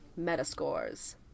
Metascores